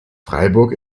freiburg